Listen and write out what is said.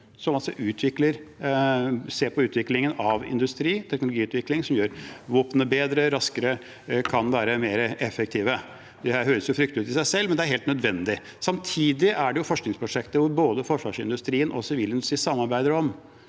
som ser på utviklingen av industri – teknologiutvikling som gjør at våpnene kan bli bedre, raskere og mer effektive. Det høres jo fryktelig ut i seg selv, men det er helt nødvendig. Samtidig er det forskningsprosjekter som både forsvarsindustrien og sivil industri samarbeider om.